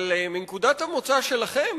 אבל מנקודת המוצא שלכם,